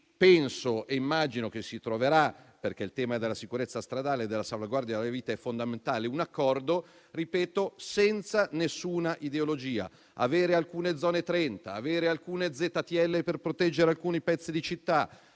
penso e immagino che si troverà un accordo - perché il tema della sicurezza stradale e della salvaguardia della vita è fondamentale - senza nessuna ideologia. Avere alcune Zone 30, avere alcune ZTL per proteggere alcuni pezzi di città,